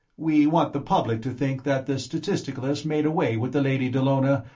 we want the public to think that the statisticalists made away with the lady dallona,